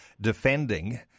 defending